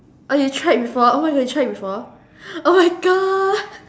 oh you tried before oh my god you tried before oh my god